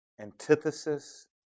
antithesis